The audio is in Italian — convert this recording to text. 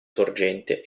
sorgente